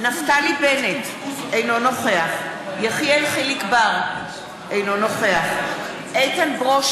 אינו נוכח מיכל בירן, מצביעה מירב בן ארי,